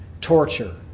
Torture